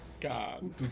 God